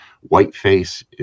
Whiteface